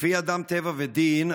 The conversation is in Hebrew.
לפי אדם טבע ודין,